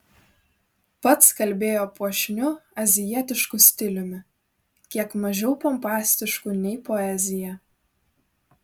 pats kalbėjo puošniu azijietišku stiliumi kiek mažiau pompastišku nei poezija